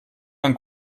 man